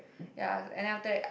ya and then after that